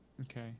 Okay